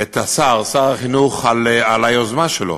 את השר, שר החינוך, על היוזמה שלו,